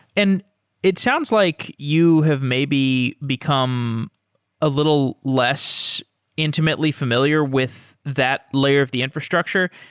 and it sounds like you have may be become a little less intimately familiar with that layer of the infrastructure.